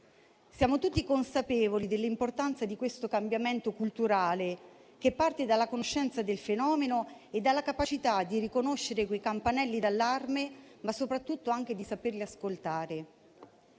Siamo tutti consapevoli dell'importanza di questo cambiamento culturale che parte dalla conoscenza del fenomeno e dalla capacità di riconoscere i campanelli d'allarme, ma soprattutto di saperli ascoltare.